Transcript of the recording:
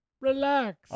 Relax